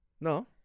No